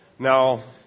Now